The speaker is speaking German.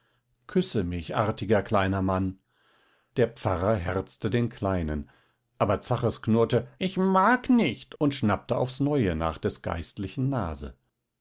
küsse mich artiger kleiner mann der pfarrer herzte den kleinen aber zaches knurrte ich mag nicht und schnappte aufs neue nach des geistlichen nase